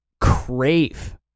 crave